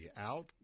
out